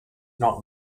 not